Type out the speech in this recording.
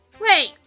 Wait